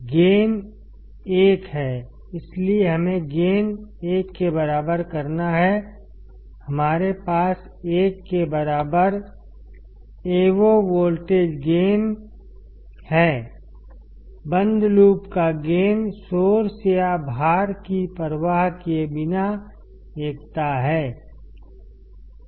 gain 1 है इसलिए हमें गेन 1 के बराबर करना है हमारे पास 1 के बराबर एवो वोल्टेज गेन है बंद लूप का गेन सोर्स या भार की परवाह किए बिना एकता है